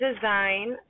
design